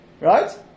Right